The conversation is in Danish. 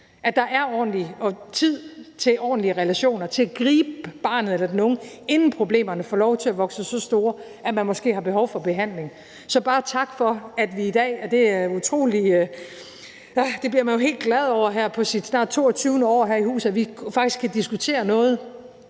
at der er tid til ordentlige relationer, til at gribe barnet eller den unge, inden problemerne får lov til at vokse sig så store, at man måske har behov for behandling. Så bare tak for, at vi faktisk i dag – det bliver man jo helt glad over her på sit snart 22. år her i huset – kan diskutere noget